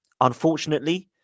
unfortunately